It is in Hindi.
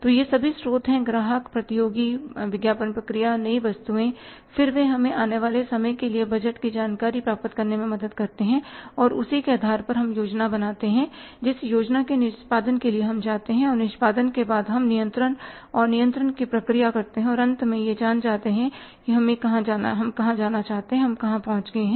तो ये सभी स्रोत है ग्राहक प्रतियोगी विज्ञापन प्रक्रिया नई वस्तुएँ हैं और फिर वे हमें आने वाले समय के लिए बजट की जानकारी तैयार करने में मदद करते हैं और उसी के आधार पर हम योजना बनाते हैं जिस योजना के निष्पादन के लिए हम जाते हैं और निष्पादन के बाद हम नियंत्रण और नियंत्रण की प्रक्रिया करते हैं और अंत में यह जान जाते हैं कि हम कहाँ जाना चाहते हैं और हम कहाँ पहुँच गए हैं